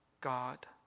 God